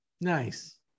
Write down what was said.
Nice